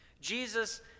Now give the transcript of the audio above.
Jesus